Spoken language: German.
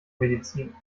medizin